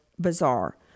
bizarre